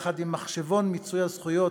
יחד עם מחשבון מיצוי הזכויות,